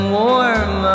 warm